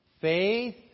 Faith